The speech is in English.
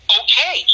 okay